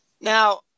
Now